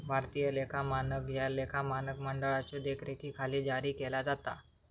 भारतीय लेखा मानक ह्या लेखा मानक मंडळाच्यो देखरेखीखाली जारी केला जाता